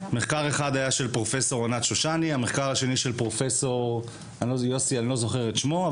אחד של פרופ' ענת שושני ומחקר אחר של פרופסור אחר שאני לא זוכר את שמו.